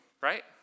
right